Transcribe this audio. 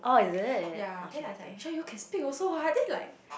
ya then I was like I'm sure you can speak also what then he like